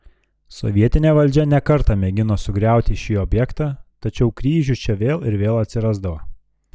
sovietinė valdžia ne kartą mėgino sugriauti šį objektą tačiau kryžių čia vėl ir vėl atsirasdavo